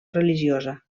religiosa